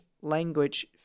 language